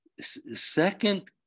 Second